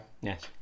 Yes